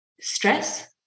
stress